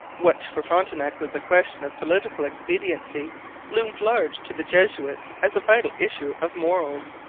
what for frontenac was a question of political expediency loomed large to the jesuits as a vital issue of morals.